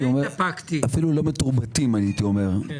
אומר אפילו לא מתורבתים --- בגלל זה התאפקתי.